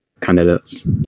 candidates